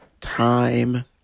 time